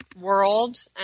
world